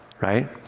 right